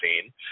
seen